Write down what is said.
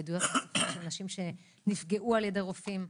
לעדויות של נשים שנפגעו על ידי רופאים,